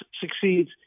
succeeds